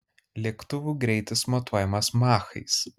lėktuvų greitis matuojamas machais